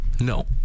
No